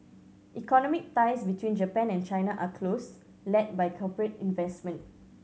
economic ties between Japan and China are close led by corporate investment